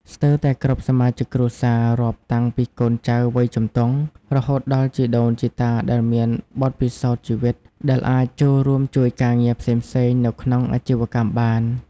ស្ទើរតែគ្រប់សមាជិកគ្រួសារ រាប់តាំងពីកូនចៅវ័យជំទង់ រហូតដល់ជីដូនជីតាដែលមានបទពិសោធន៍ជីវិត ដែលអាចចូលរួមជួយការងារផ្សេងៗនៅក្នុងអាជីវកម្មបាន។